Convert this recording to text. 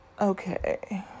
Okay